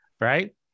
Right